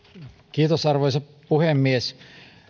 kiitos arvoisa puhemies